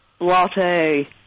Latte